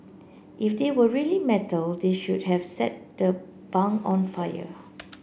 if they were really metal they should have set the bunk on fire